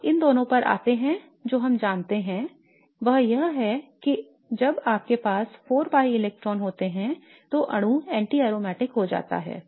अब इन दोनों पर आते हैं जो हम जानते हैं वह यह है कि जब आपके पास 4 pi इलेक्ट्रॉन होते हैं तो अणु anti aromatic हो जाता है